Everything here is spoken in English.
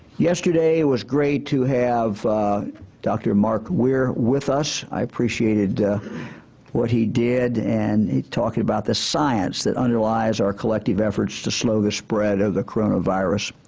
yesterday it was great to have dr. mark weir with us. i appreciated what he did and talked about the science that underlies our collective efforts to slow the spread of the coronavirus.